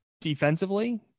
defensively